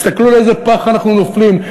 תסתכלו לאיזה פח אנחנו נופלים.